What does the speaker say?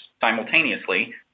simultaneously